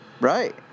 Right